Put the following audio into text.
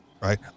right